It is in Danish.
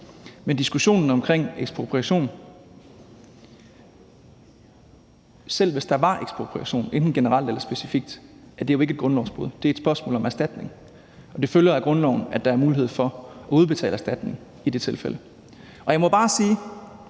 jeg det meget, meget gerne. Men selv hvis der var tale om ekspropriation, enten generelt ellers specifikt, er det jo ikke et grundlovsbrud. Det er et spørgsmål om erstatning. Det følger af grundloven, at der er mulighed for at udbetale erstatning i det tilfælde. Jeg må bare sige,